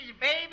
baby